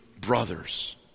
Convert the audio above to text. brothers